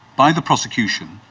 by the prosecution,